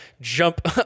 jump